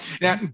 Now